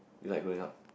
you like growing up